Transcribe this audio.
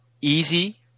easy